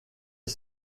est